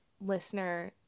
listener